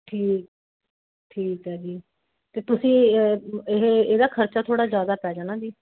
ਠੀਕ ਠੀਕ ਹੈ ਜੀ ਅਤੇ ਤੁਸੀਂ ਇਹ ਇਹਦਾ ਖ਼ਰਚਾ ਥੋੜ੍ਹਾ ਜ਼ਿਆਦਾ ਪੈ ਜਾਣਾ ਜੀ